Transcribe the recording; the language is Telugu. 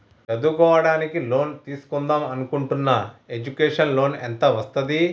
చదువుకోవడానికి లోన్ తీస్కుందాం అనుకుంటున్నా ఎడ్యుకేషన్ లోన్ ఎంత వస్తది?